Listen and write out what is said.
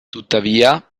tuttavia